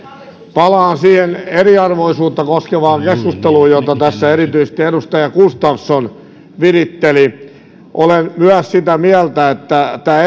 palaan siihen eriarvoisuutta koskevaan keskusteluun jota tässä erityisesti edustaja gustafsson viritteli minä myös olen sitä mieltä että tämä